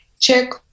check